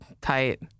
tight